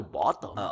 bottom